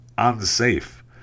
unsafe